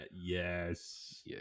Yes